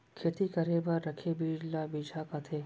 खेती करे बर रखे बीज ल बिजहा कथें